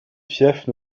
fiefs